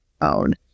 own